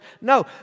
No